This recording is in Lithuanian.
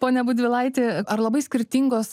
pone budvilaiti ar labai skirtingos